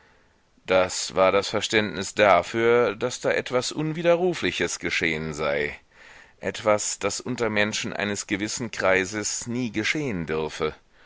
das war das verständnis dafür daß da etwas unwiderrufliches geschehen sei etwas das unter menschen eines gewissen kreises nie geschehen dürfe